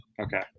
Okay